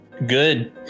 good